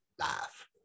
life